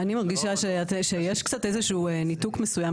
אני מרגישה שיש קצת איזשהו ניתוק מסוים.